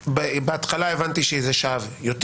בהתחלה הבנתי שזה שאב יותר.